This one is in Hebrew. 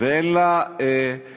ואין לה מפעלים,